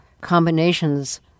combinations